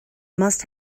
must